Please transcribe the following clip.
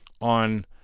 on